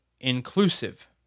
inclusive